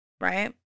right